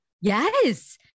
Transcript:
Yes